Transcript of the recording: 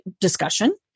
discussion